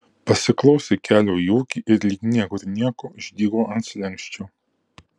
pasiklausė kelio į ūkį ir lyg niekur nieko išdygo ant slenksčio